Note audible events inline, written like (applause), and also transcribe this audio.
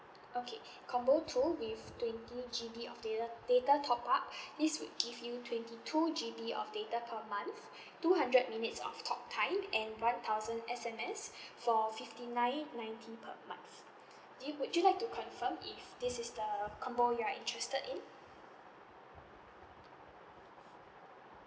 okay (breath) combo two with twenty G_B of data data top up (breath) this would give you twenty two G_B of data per month (breath) two hundred minutes of talk time and one thousand S_M_S (breath) for fifty nine ninety per month do you would you like to confirm if this is the combo you are interested in